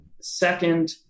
second